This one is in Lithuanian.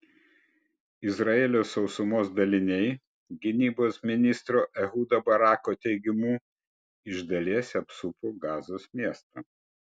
izraelio sausumos daliniai gynybos ministro ehudo barako teigimu iš dalies apsupo gazos miestą